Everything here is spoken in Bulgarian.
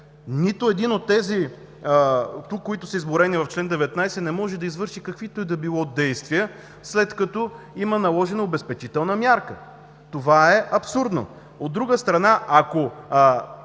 Нито един от тези, изброени тук в чл. 19, не може да извърши каквито и да било действия, след като има наложена обезпечителна мярка. Това е абсурдно! От друга страна, ако